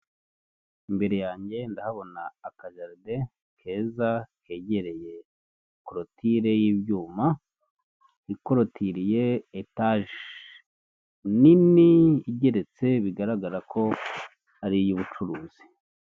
Imbere yanjye ndahabona akajaride keza kegereye korutire y'ibyuma ikorotiriye ya etaje nini igeretse bigaragara ko ari iy'ubucuruzi.